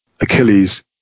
Achilles